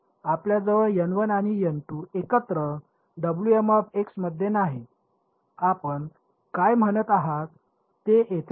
आपल्याजवळ आणि एकत्र मध्ये नाही आपण काय म्हणत आहात ते तेथेच आहे